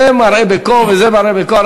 זה מראה בכה וזה מראה בכה.